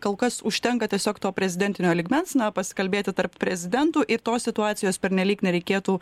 kol kas užtenka tiesiog to prezidentinio lygmens na pasikalbėti tarp prezidentų ir tos situacijos pernelyg nereikėtų